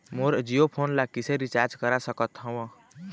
मोर Jio phone ला किसे recharge करा सकत हवं?